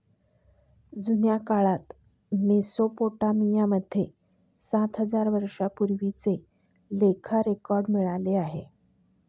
जुन्या काळात मेसोपोटामिया मध्ये सात हजार वर्षांपूर्वीचे लेखा रेकॉर्ड मिळाले आहे